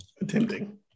attempting